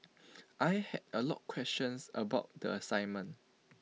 I had A lot questions about the assignment